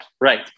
right